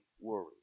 worry